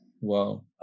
Wow